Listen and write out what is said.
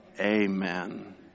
Amen